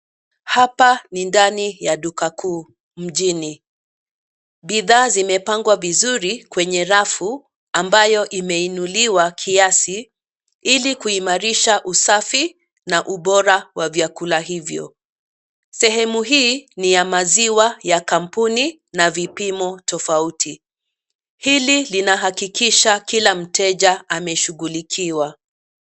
Hapa ni ndani ya duka kuu, mjini, bidhaa zimepangwa vizuri kwenye rafu, ambayo imeinuliwa kiasi, ilikuimarisha usafi, na ubora wa vyakula hivyo, sehemu hii ni ya maziwa ya kampuni, na vipimo tofauti, hili linahakikisha kila mteja ameshughulikiwa.